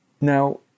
Now